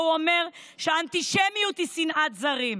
הוא אומר שהאנטישמיות היא שנאת זרים.